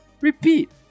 repeat